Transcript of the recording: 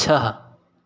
छः